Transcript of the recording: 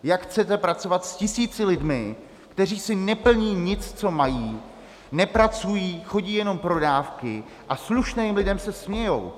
Jak chcete pracovat s tisíci lidmi, kteří si neplní nic, co mají, nepracují, chodí jenom pro dávky a slušným lidem se smějí?